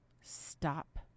stop